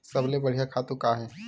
सबले बढ़िया खातु का हे?